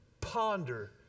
ponder